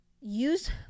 use